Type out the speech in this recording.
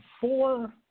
four